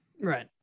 Right